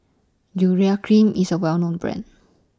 Urea Cream IS A Well known Brand